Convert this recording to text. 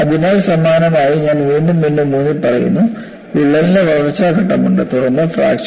അതിനാൽ സമാനമായി ഞാൻ വീണ്ടും വീണ്ടും ഊന്നിപ്പറയുന്നു വിള്ളലിന്റെ വളർച്ചാ ഘട്ടമുണ്ട് തുടർന്ന് ഫ്രാക്ചർ